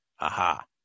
Aha